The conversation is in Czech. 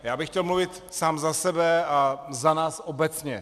Já bych chtěl mluvit sám za sebe a za nás obecně.